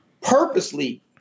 purposely